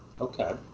Okay